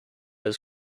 his